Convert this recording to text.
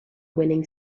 winning